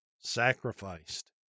sacrificed